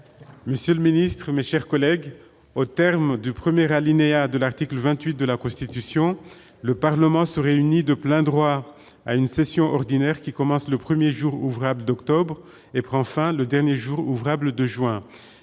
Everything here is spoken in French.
Madame la ministre, mes chers collègues, aux termes du premier alinéa de l'article 28 de la Constitution, « le Parlement se réunit de plein droit en une session ordinaire qui commence le premier jour ouvrable d'octobre et prend fin le dernier jour ouvrable de juin